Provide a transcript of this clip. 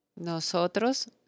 Nosotros